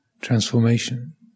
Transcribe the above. transformation